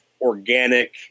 organic